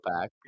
back